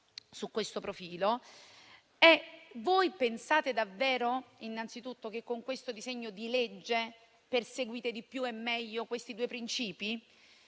voi pensate davvero che con questo disegno di legge perseguirete di più e meglio questi due principi?